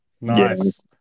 Nice